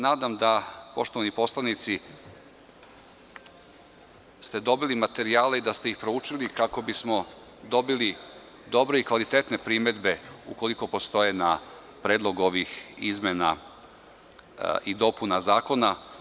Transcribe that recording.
Nadam se, da poštovani poslanici, ste dobili materijale i da ste ih proučili kako bismo dobili dobre i kvalitetne primedbe ukoliko postoje na predlog ovih izmena i dopuna zakona.